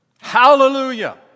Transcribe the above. Hallelujah